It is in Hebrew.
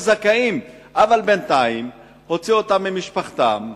זכאים אבל בינתיים הוציאו אותם ממשפחתם,